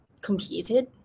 competed